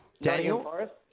Daniel